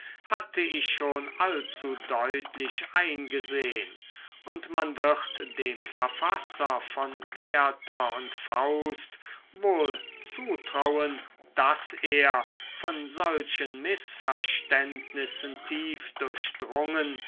hatte ich schon allzu deutlich eingesehn und man wird dem verfasser von werther und faust wohl zutrauen daß er von solchen mißverständnissen tief durchdrungen